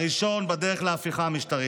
הראשון בדרך להפיכה המשטרית.